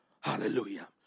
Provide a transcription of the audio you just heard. Hallelujah